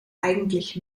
eigentlich